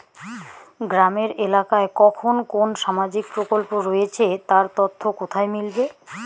গ্রামের এলাকায় কখন কোন সামাজিক প্রকল্প রয়েছে তার তথ্য কোথায় মিলবে?